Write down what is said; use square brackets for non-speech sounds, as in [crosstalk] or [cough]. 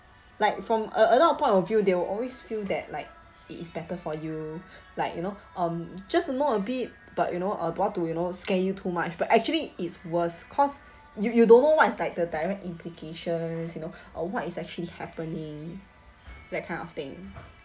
like from a adult point of view they will always feel that like it is better for you [breath] like you know um just to know a bit but you know avoid to you know scare you too much but actually it's worse cause [breath] you you don't know what's like the direct implications you know [breath] or what is actually happening that kind of thing [noise]